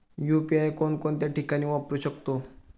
UPI कोणकोणत्या ठिकाणी वापरू शकतो?